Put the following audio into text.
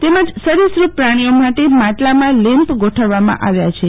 તેમજ સરીસુપ પ્રાણીઓ માટે માટલામાં લેમ્પ ગોઠવવામાં આવ્યા છે